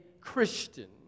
Christian